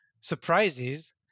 surprises